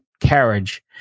carriage